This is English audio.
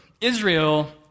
Israel